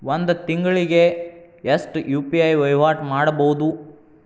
ಒಂದ್ ತಿಂಗಳಿಗೆ ಎಷ್ಟ ಯು.ಪಿ.ಐ ವಹಿವಾಟ ಮಾಡಬೋದು?